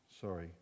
Sorry